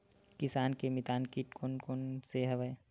किसान के मितान कीट कोन कोन से हवय?